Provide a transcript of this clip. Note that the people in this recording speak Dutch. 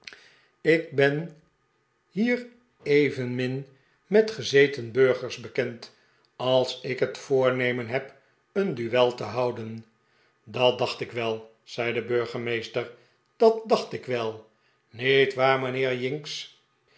ik ben hier evenmin met gezeten burgers bekend als ik het voornemen heb een duel te houden dat dacht ik wel zei de burgemeester dat dacht ik wel niet waar mijnheer